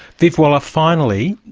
viv waller, finally,